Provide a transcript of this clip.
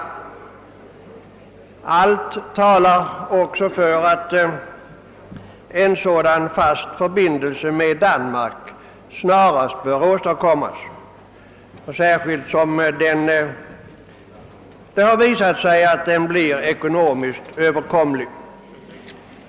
Allt talar också för att en sådan fast förbindelse med Danmark snarast bör åstadkommas, särskilt som det har visat sig att den blir ekonomiskt överkomlig.